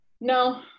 No